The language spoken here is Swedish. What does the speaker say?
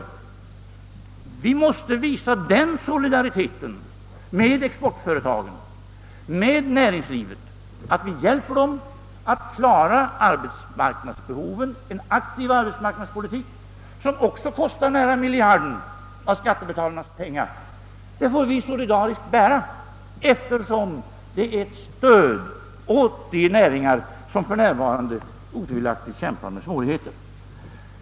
Då säger vi att vi måste visa den solidariteten med exportföretagen och näringslivet att vi hjälper dem att klara arbetsmarknadsbehoven genom en aktiv arbetsmarknadspolitik, som också kostar nästan en miljard kronor av skattebetalarnas pengar. Det får vi solidariskt bära, eftersom det är ett stöd åt de näringar, som för närvarande otvivelaktigt kämpar med svårigheter.